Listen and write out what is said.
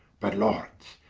but lords,